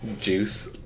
juice